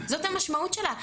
זאת המשמעות של זה,